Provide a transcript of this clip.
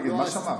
מה שמר?